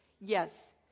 yes